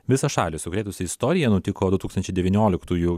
visą šalį sukrėtusi istorija nutiko du tūkstančiai devynioliktųjų